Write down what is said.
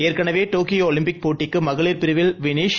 ஏற்கனவே டோக்கியோஒலிம்பிக் போட்டிக்குமகளிர் பிரிவில் விளிஷ்